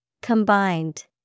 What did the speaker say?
Combined